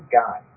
guy